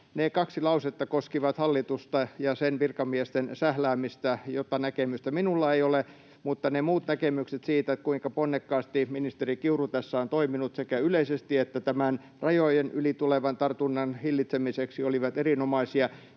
Ne kaksi lausetta koskivat hallitusta ja sen virkamiesten sähläämistä, jota näkemystä minulla ei ole, mutta ne muut näkemykset siitä, kuinka ponnekkaasti ministeri Kiuru tässä on toiminut sekä yleisesti että rajojen yli tulevan tartunnan hillitsemiseksi, olivat erinomaisia